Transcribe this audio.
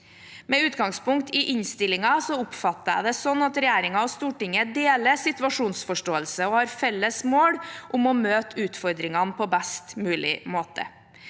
Med utgangspunkt i innstillingen oppfatter jeg det slik at regjeringen og Stortinget deler situasjonsforståelse og har felles mål om å møte utfordringene på best mulig måte.